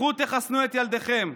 לכו תחסנו את ילדיכם.